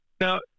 Now